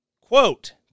Quote